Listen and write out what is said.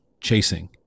chasing